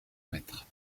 mètres